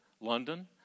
London